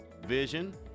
vision